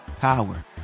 power